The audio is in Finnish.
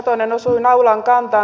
satonen osui naulan kantaan